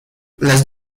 las